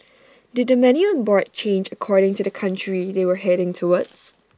did the menu on board change according to the country they were heading towards